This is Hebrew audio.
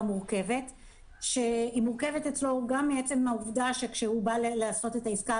מורכבת שהיא מורכבת אצלו גם מעצם העובדה שכאשר הוא בא לעשות את העסקה,